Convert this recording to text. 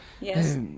Yes